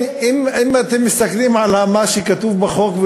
אם אתם מסתכלים על מה שכתוב בחוק,